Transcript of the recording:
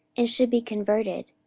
and should be converted,